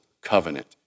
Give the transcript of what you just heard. covenant